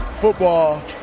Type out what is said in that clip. football